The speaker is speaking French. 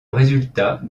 résultat